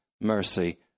mercy